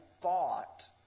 thought